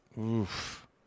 Oof